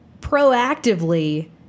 proactively